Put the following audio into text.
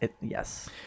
Yes